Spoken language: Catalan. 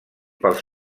pels